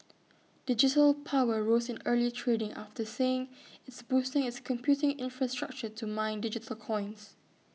digital power rose in early trading after saying it's boosting its computing infrastructure to mine digital coins